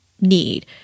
need